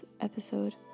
episode